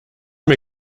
mir